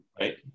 right